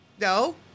No